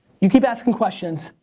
you keep asking questions,